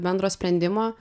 bendro sprendimo